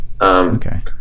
Okay